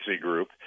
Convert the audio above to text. group